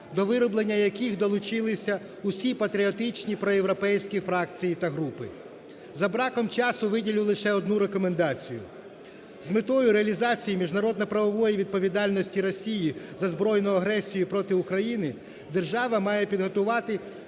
до вироблення яких долучились усі патріотичні проєвропейські фракції та групи. За браком часу виділю ще одну рекомендацію. З метою реалізації міжнародно-правової відповідальності Росії за збройну агресію проти України держава має підготувати